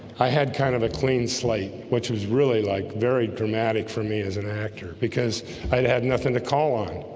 i had kind of a clean slate which was really like very dramatic for me as an actor because i'd had nothing to call on